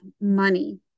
money